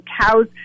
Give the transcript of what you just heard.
cows